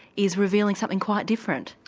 is revealing something quite different.